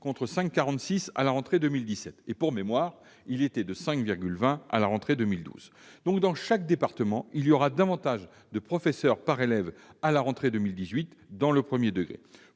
contre 5,46 à la rentrée 2017. Pour mémoire, il s'élevait à 5,20 à la rentrée 2012. Dans chaque département, il y aura donc davantage de professeurs par élève à la rentrée 2018 dans le premier degré.